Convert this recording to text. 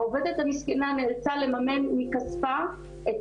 העובדת המסכנה נאלצה לממן מכספה את